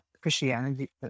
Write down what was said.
Christianity